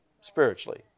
spiritually